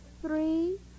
three